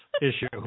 issue